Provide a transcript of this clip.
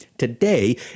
Today